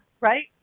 right